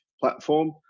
platform